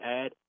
add